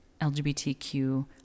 lgbtq